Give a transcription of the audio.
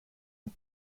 and